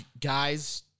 guys